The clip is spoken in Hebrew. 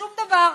שום דבר.